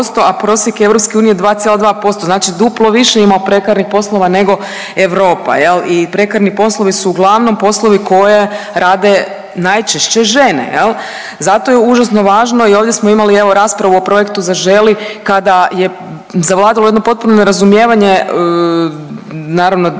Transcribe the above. a prosjek EU je 2,2%, znači duplo više imamo prekarnih poslova nego Europa jel i prekarni poslovi su uglavnom poslovi koje rade najčešće žene jel. Zato je užasno važno i ovdje smo imali evo raspravu o projektu „Zaželi“ kada je zavladalo jedno potpuno nerazumijevanje naravno